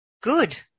good